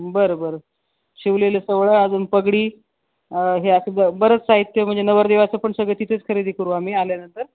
बरं बरं शिवलेलं सोवळं अजून पगडी हे असं ब बरंच साहित्य म्हणजे नवरदेवाचं पण सगळं तिथेच खरेदी करू आम्ही आल्यानंतर